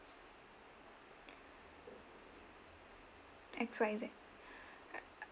X Y Z